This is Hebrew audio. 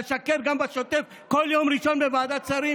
לשקר גם בשוטף בכל יום ראשון בוועדת שרים?